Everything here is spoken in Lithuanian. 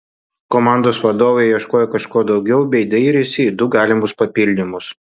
komandos vadovai ieškojo kažko daugiau bei dairėsi į du galimus papildymus